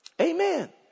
Amen